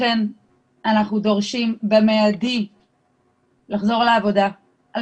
לכן אנחנו דורשים במידית לחזור לעבודה על